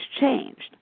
changed